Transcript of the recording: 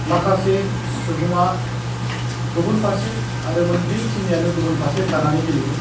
माखासे सुबुङा गुबुन फारसे आरो बे टिम नियानो गुबुन फारसे थानानै गेलेयो